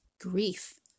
grief